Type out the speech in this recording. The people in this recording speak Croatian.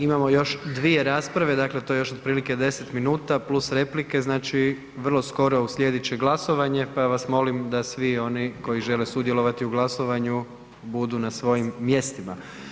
Imamo još 2 rasprave, dakle to je još otprilike 10 minuta + replike, znači vrlo skoro uslijedit će glasovanje, pa vas molim da svi oni koji žele sudjelovati u glasovanju budu na svojim mjestima.